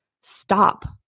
stop